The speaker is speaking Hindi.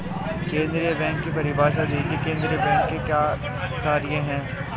केंद्रीय बैंक की परिभाषा दीजिए केंद्रीय बैंक के क्या कार्य हैं?